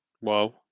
Wow